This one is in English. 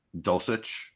Dulcich